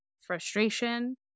frustration